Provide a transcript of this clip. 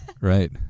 Right